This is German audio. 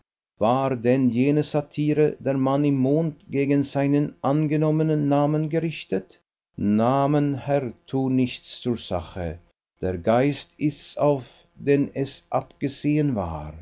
war denn jene satire der mann im mond gegen seinen angenommenen namen gerichtet namen herr tun nichts zur sache der geist ist's auf den es abgesehen war